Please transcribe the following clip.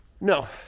No